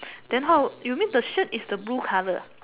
then how you mean the shirt is the blue color